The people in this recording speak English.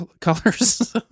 colors